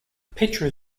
picture